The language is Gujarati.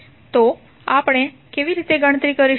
તો આપણે કેવી રીતે ગણતરી કરીશું